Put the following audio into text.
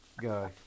guy